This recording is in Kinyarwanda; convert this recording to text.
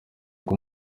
kuba